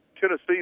Tennessee